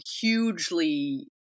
hugely